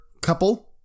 couple